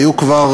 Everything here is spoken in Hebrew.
היו כבר,